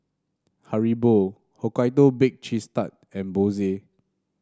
Haribo Hokkaido Baked Cheese Tart and Bose